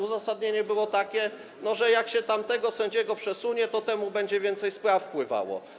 Uzasadnienie było takie, że jak się tamtego sędziego przesunie, to temu będzie więcej spraw wpływało.